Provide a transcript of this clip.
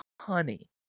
honey